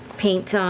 paint